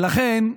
ולכן,